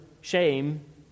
shame